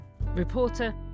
Reporter